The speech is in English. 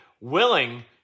willing